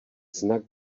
znak